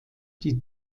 die